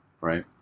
right